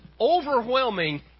overwhelming